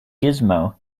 gizmo